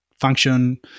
function